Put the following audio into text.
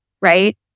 right